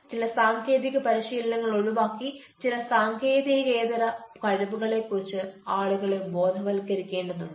ചില സാങ്കേതിക പരിശീലനങ്ങൾ ഒഴിവാക്കി ചില സാങ്കേതികേതര കഴിവുകളെക്കുറിച്ച് ആളുകളെ ബോധവത്കരിക്കേണ്ടതുണ്ട്